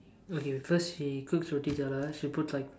okay first she cooks roti jala she puts like